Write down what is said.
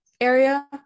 area